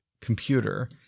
computer